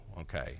okay